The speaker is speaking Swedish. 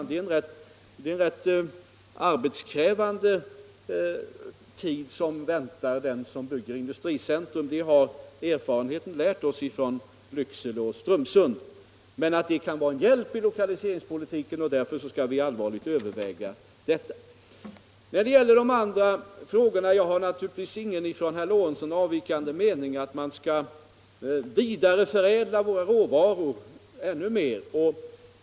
Det är en rätt arbetskrävande tid som väntar dem som bygger ett nytt industricentrum — det har erfarenheterna från Lycksele och Strömsund lärt oss. Däremot kan det vara en hjälp i lokaliseringspolitiken, och därför skall vi allvarligt överväga detta. Vad beträffar de andra frågorna har jag naturligtvis ingen från herr Lorentzon avvikande mening om att vi skall vidareförädla våra råvaror ännu mer.